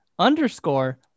underscore